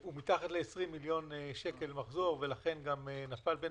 הוא במחזור של פחות מ-20 מיליון שקל ולכן גם נפל בין